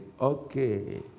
okay